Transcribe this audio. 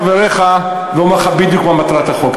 יכול לענות אמור לי מי חבריך ואומר לך בדיוק מה מטרת החוק.